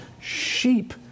sheep